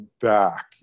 back